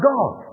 God